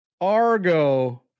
Argo